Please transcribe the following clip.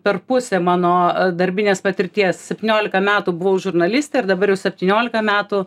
per pusė mano darbinės patirties septyniolika metų buvau žurnalistė ir dabar jau septyniolika metų